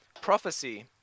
prophecy